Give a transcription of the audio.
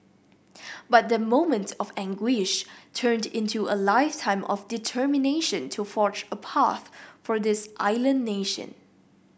but that moment of anguish turned into a lifetime of determination to forge a path for this island nation